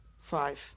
five